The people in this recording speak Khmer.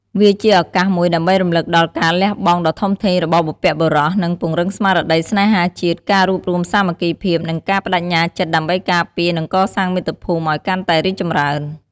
វាជាឱកាសមួយដើម្បីរំលឹកដល់ការលះបង់ដ៏ធំធេងរបស់បុព្វបុរស និងពង្រឹងស្មារតីស្នេហាជាតិ ការរួបរួមសាមគ្គីភាព និងការប្ដេជ្ញាចិត្តដើម្បីការពារ និងកសាងមាតុភូមិឲ្យកាន់តែរីកចម្រើន។